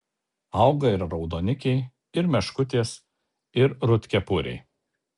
auga ir raudonikiai ir meškutės ir rudkepuriai